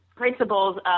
principles